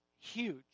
huge